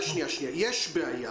בלתי סביר